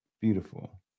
beautiful